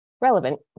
relevant